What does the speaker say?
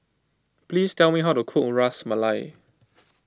please tell me how to cook Ras Malai